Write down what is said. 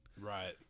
right